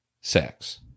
sex